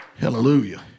Hallelujah